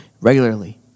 regularly